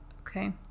Okay